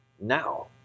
now